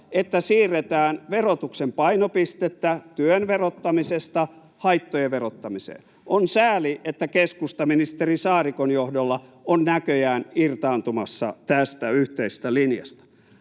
että siirretään verotuksen painopistettä työn verottamisesta haittojen verottamiseen. On sääli, että keskusta ministeri Saarikon johdolla on näköjään irtaantumassa tästä yhteisestä linjasta.